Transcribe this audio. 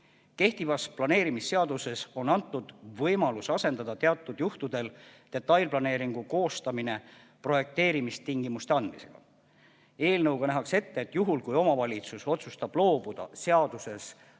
Kehtivas planeerimisseaduses on antud võimalus asendada teatud juhtudel detailplaneeringu koostamine projekteerimistingimuste andmisega. Eelnõuga nähakse ette, et juhul kui omavalitsus otsustab loobuda seaduses toodud